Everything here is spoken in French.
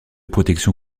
protection